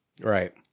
right